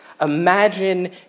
Imagine